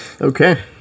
Okay